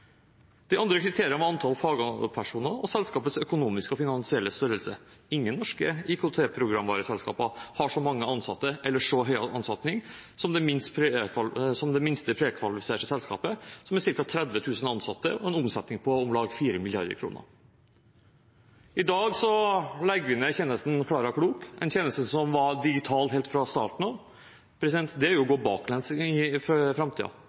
De andre kriteriene var antall fagpersoner og selskapets økonomiske og finansielle størrelse. Ingen norske IKT-programvareselskaper har så mange ansatte eller så høy omsetning som det minste prekvalifiserte selskapet, som har ca. 30 000 ansatte og en omsetning på om lag 4 mrd. kr. I dag legger vi ned tjenesten Klara Klok, en tjeneste som var digital helt fra starten av. Det er å gå baklengs inn i framtiden. I Arbeiderpartiet er vi opptatt av å gi et løft for